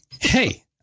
hey